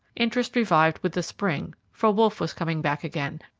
interest revived with the spring for wolfe was coming back again,